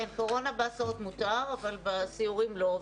כן, קורנה בהסעות מותר, אבל בסיורים לא.